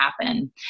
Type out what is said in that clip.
happen